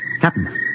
Captain